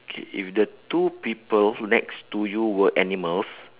K if the two people next to you were animals